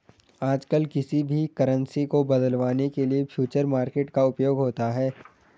आजकल किसी भी करन्सी को बदलवाने के लिये फ्यूचर मार्केट का उपयोग होता है